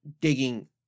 digging